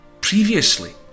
previously